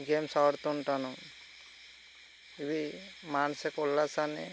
games ఆడుతుంటాను ఇవి మానసిక ఉల్లాసాన్ని